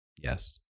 yes